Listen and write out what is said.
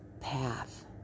path